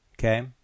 okay